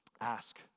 ask